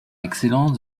excellence